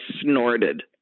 snorted